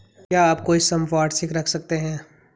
क्या आप कोई संपार्श्विक रख सकते हैं?